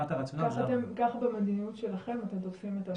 מבחינת הרציונל זה הרעיון.